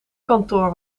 kantoor